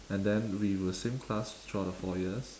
and then we were same class throughout the four years